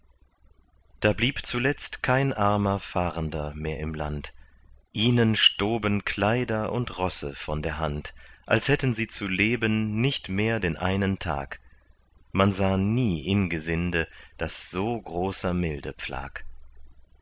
da blieb zuletzt kein armer fahrender mehr im land ihnen stoben kleider und rosse von der hand als hätten sie zu leben nicht mehr denn einen tag man sah nie ingesinde das so großer milde pflag